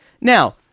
Now